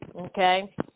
okay